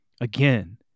again